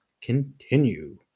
continue